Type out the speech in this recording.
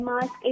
mask